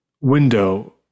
window